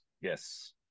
yes